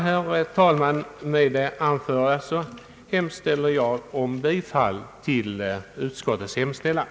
Herr talman! Med vad jag sagt yrkar jag bifall till utskottets hemställan.